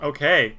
Okay